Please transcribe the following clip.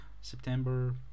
September